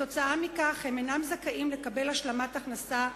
כתוצאה מכך, הם אינם זכאים לקבל השלמת הכנסה,